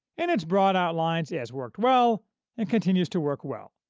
in its broad outlines it has worked well and continues to work well,